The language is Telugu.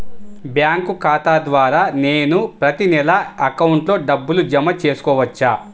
బ్యాంకు ఖాతా ద్వారా నేను ప్రతి నెల అకౌంట్లో డబ్బులు జమ చేసుకోవచ్చా?